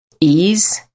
ease